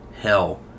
hell